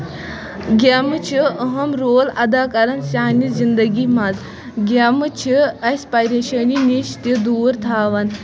گیمہٕ چھِ اَہم رول اَدا کران سانہِ زنٛدگی منٛز گیمہٕ چھِ اَسہِ پریشٲنی نِش تہِ دوٗر تھاوان